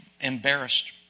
embarrassed